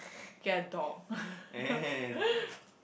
get a dog